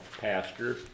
pastor